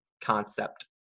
concept